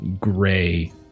gray